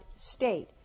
state